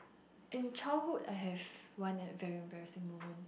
in childhood I have one that very embarrassing moment